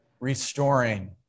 restoring